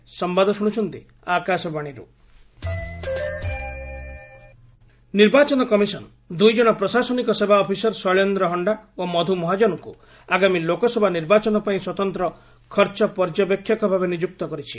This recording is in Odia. ଇସି ସ୍ପେଶାଲ ଏକୁପେଣ୍ଡିଚର ନିର୍ବାଚନ କମିଶନ ଦୁଇଜଣ ପ୍ରଶାସନିକ ସେବା ଅଫିସର ଶୈଳେନ୍ଦ୍ର ହଣ୍ଡା ଓ ମଧୁ ମହାଜନଙ୍କୁ ଆଗାମୀ ଲୋକସଭା ନିର୍ବାଚନ ପାଇଁ ସ୍ୱତନ୍ତ୍ର ଖର୍ଚ୍ଚ ପର୍ଯ୍ୟବେକ୍ଷଭାବେ ନିଯୁକ୍ତ କରିଛି